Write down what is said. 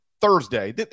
Thursday